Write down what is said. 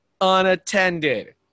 unattended